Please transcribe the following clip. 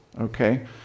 okay